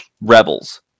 rebels